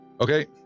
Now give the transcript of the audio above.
Okay